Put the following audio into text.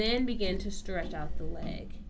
then begin to stretch out the leg